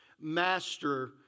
Master